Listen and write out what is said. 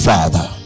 Father